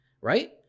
right